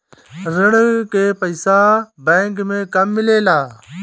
ऋण के पइसा बैंक मे कब मिले ला?